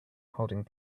holding